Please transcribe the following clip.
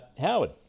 Howard